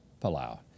Palau